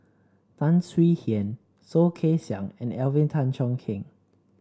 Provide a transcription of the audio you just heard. Tan Swie Hian Soh Kay Siang and Alvin Tan Cheong Kheng